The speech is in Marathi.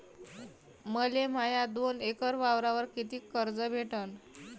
मले माया दोन एकर वावरावर कितीक कर्ज भेटन?